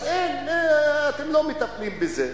אז אין, אתם לא מטפלים בזה.